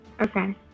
Okay